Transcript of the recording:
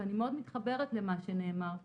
ואני מאוד מתחברת למה שנאמר,